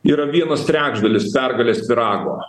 yra vienas trečdalis pergalės pyrago